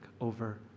over